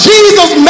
Jesus